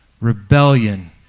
rebellion